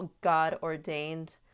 God-ordained